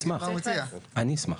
אני אשמח.